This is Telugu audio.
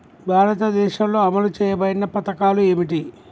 భారతదేశంలో అమలు చేయబడిన పథకాలు ఏమిటి?